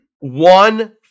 One